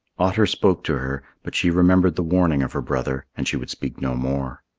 otter spoke to her, but she remembered the warning of her brother and she would speak no more.